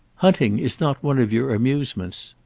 hunting is not one of your amusements.